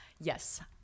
yes